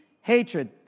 hatred